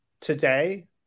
today